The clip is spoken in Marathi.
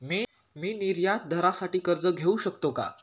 मी निर्यातदारासाठी कर्ज घेऊ शकतो का?